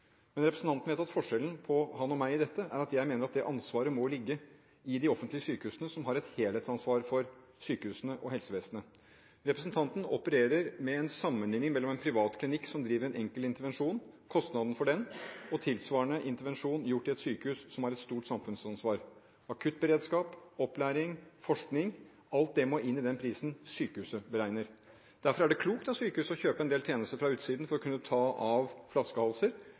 Representanten vet at forskjellen på ham og meg i dette er at jeg mener at det ansvaret må ligge i de offentlige sykehusene, som har et helhetsansvar for sykehusene og helsevesenet. Representanten opererer med en sammenlikning mellom en privat klinikk som driver en enkel intervensjon og kostnaden for den, og tilsvarende intervensjon gjort i et sykehus som har et stort samfunnsansvar, akuttberedskap, opplæring og forskning. Alt det må inn i den prisen sykehuset beregner. Derfor er det klokt av sykehuset å kjøpe en del tjenester fra utsiden for å ta av